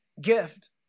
gift